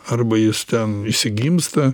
arba jis ten išsigimsta